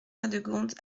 radegonde